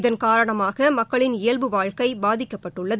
இதன் காரணமாக மக்களின் இயல்பு வாழ்க்கை பாதிக்கப்பட்டுள்ளது